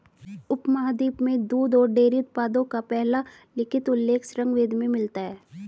उपमहाद्वीप में दूध और डेयरी उत्पादों का पहला लिखित उल्लेख ऋग्वेद में मिलता है